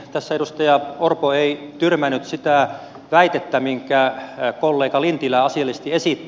tässä edustaja orpo ei tyrmännyt sitä väitettä minkä kollega lintilä asiallisesti esitti